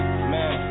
Man